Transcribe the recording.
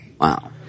Wow